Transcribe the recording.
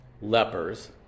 lepers